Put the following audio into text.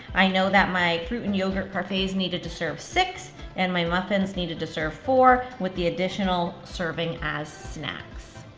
i know that my fruit and yogurt parfaits needed to serve six, and my muffins needed to serve four with the additional serving as snacks.